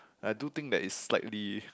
I do think that it's slightly